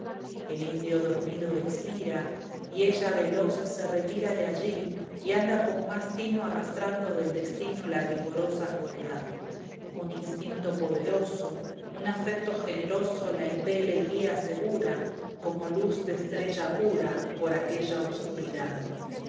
el indio dormido espira y ella veloz se retira de allí y anda con más tino arrostrando del destino la rigorosa crueldad un instinto poderoso un afecto generoso la impele y guía segura como luz de estrella pura por aquella oscuridad